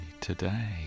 today